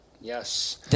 Yes